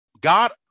God